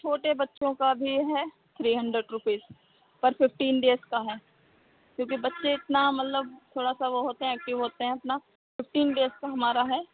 छोटे बच्चों का भी है थ्री हंड्रेड रुपीस पर फिफ्टीन डेस का है क्योंकि बच्चें इतना मतलब थोड़ा सा वो होते हैं एक्टिव होते हैं इतना फिफ्टीन डेस का हमारा है